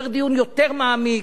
צריך דיון יותר מעמיק.